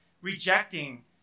rejecting